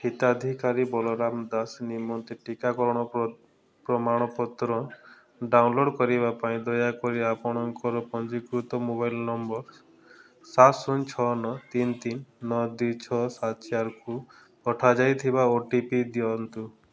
ହିତାଧିକାରୀ ବଳରାମ ଦାସ ନିମନ୍ତେ ଟିକାକରଣର ପ୍ରମାଣପତ୍ର ଡାଉନଲୋଡ଼୍ କରିବା ପାଇଁ ଦୟାକରି ଆପଣଙ୍କର ପଞ୍ଜୀକୃତ ମୋବାଇଲ୍ ନମ୍ବର ସାତ ଶୂନ ଛଅ ନଅ ତିନି ତିନି ନଅ ଦୁଇ ଛଅ ସାତ ଚାରିକୁ ପଠାଯାଇଥିବା ଓଟିପିଟି ଦିଅନ୍ତୁ